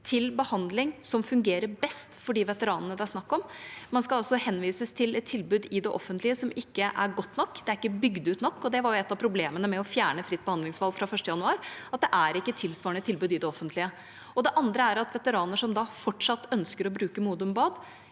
den behandlingen som fungerer best. Man skal altså henvises til et tilbud i det offentlige som ikke er godt nok, ikke bygd ut nok. Og det var ett av problemene med å fjerne fritt behandlingsvalg fra 1. januar – at det ikke er tilsvarende tilbud i det offentlige. Det andre er at veteraner som fortsatt ønsker å bruke Modum Bad,